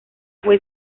fue